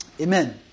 Amen